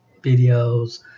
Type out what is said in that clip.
videos